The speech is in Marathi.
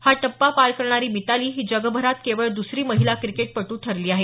हा टप्पा पार करणारी मिताली ही जगभरात केवळ दुसरी महिला क्रिकेटपट्र ठरली आहे